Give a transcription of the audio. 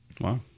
Wow